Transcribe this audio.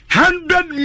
hundred